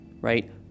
right